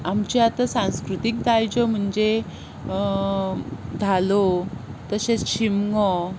आमच्यो आतां सांस्कृतीक दायज म्हणजे धालो तशेंच शिगमो